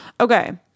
okay